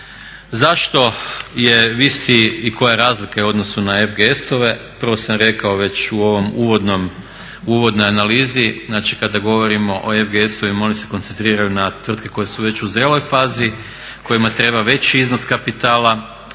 Zašto je, visi i koja je razlika u odnosu na FGS-ove. Prvo sam rekao već u ovom uvodnom, uvodnoj analizi, znači kada govorimo o FGS-ovima oni se koncentriraju na tvrtke koje su već u zreloj fazi, kojima treba veći iznos kapitala.